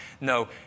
No